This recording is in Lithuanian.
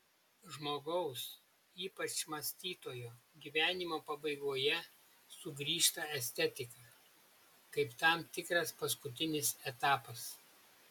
žmogaus ypač mąstytojo gyvenimo pabaigoje sugrįžta estetika kaip tam tikras paskutinis etapas